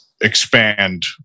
expand